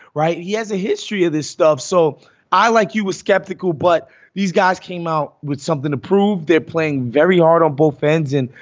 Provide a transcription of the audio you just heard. right. he has a history of this stuff. so i, like you, were skeptical, but these guys came out with something to prove. they're playing very hard on both fans and,